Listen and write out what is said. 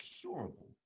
curable